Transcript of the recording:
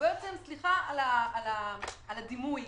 וסליחה על הדימוי,